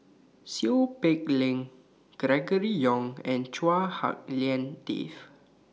Seow Peck Leng Gregory Yong and Chua Hak Lien Dave